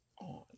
on